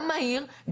גם מהיר,